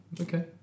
Okay